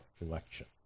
election